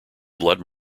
blood